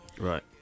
right